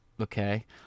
okay